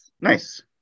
Nice